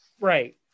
right